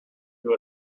who